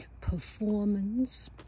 performance